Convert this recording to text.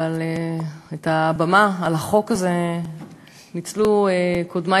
אבל את הבמה בחוק הזה ניצלו קודמי